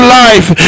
life